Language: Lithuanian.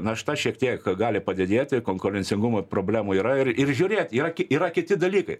našta šiek tiek gali padidėti konkurencingumo problemų yra ir ir žiūrėti yra ki yra kiti dalykai